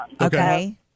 Okay